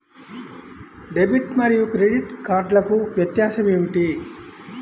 Debit మరియు credit కార్డ్లకు వ్యత్యాసమేమిటీ?